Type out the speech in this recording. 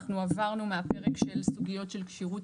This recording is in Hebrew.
אנחנו עברנו מהפרק של סוגיות של כשירות